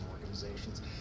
organizations